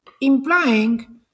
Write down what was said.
implying